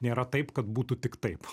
nėra taip kad būtų tik taip